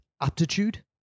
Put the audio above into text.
Aptitude